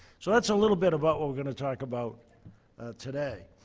so that's a little bit about what we're going to talk about today.